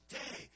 day